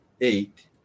eight